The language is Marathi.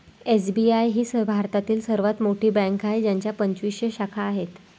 एस.बी.आय ही भारतातील सर्वात मोठी बँक आहे ज्याच्या पंचवीसशे शाखा आहेत